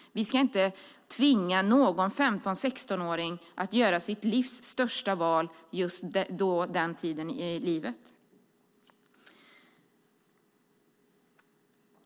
Vi ska inte tvinga någon 15-16-åring att göra sitt livs största val vid just den tiden i livet.